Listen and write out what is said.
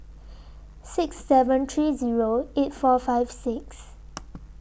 six seven three Zero eight four five six